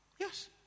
Yes